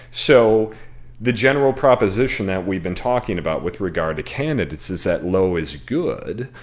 so the general proposition that we've been talking about, with regard to candidates, is that low is good.